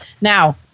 Now